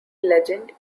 legend